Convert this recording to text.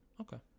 Okay